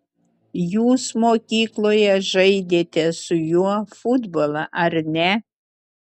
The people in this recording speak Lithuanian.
jūs mokykloje žaidėte su juo futbolą ar ne